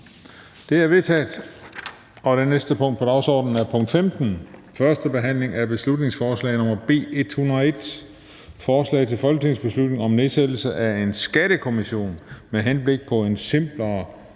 Det er vedtaget. --- Det næste punkt på dagsordenen er: 15) 1. behandling af beslutningsforslag nr. B 101: Forslag til folketingsbeslutning om nedsættelse af en skattekommission med henblik på et simplere